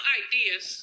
ideas